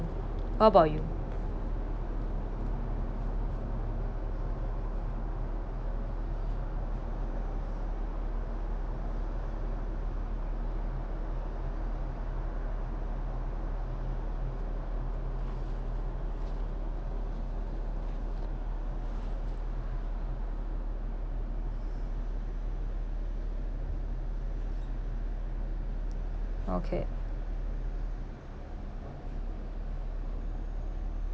what about you okay